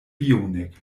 bionik